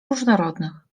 różnorodnych